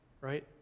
right